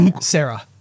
sarah